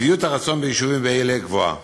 ושביעות הרצון ביישובים אלה גבוהה.